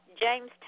James